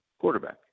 quarterback